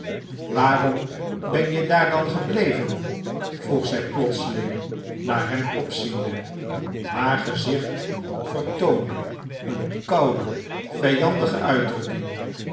waarom ben je daar dan gebleven vroeg zij plotseling naar hem opziende haar gezicht vertoonde een koude vijandige uitdrukking